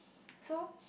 so